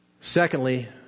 Secondly